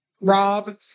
Rob